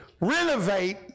renovate